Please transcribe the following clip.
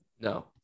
No